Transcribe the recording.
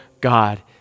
God